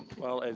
well, and